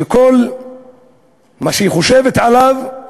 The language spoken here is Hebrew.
שכל מה שהיא חושבת עליו זה